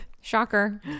Shocker